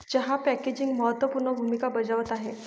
चहा पॅकेजिंग महत्त्व पूर्ण भूमिका बजावत आहे